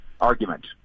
argument